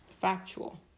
factual